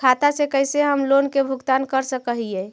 खाता से कैसे हम लोन के भुगतान कर सक हिय?